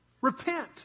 Repent